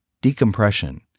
Decompression